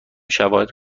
شواهد